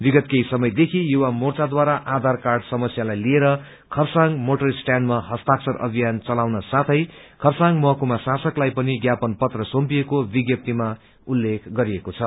विगत केही समयदेखि युवा मोर्चाद्वाराआधार कार्ड समस्यालाई लिएर खरसाङ मोटर स्टयाण्डमा हस्ताक्षर अभियन चलाउन साथै खरसाङ महकुमा शासकलाई पनि ज्ञापन पत्र सुम्पिएको विज्ञप्तीमा उल्लो गरिएको छ